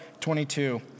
22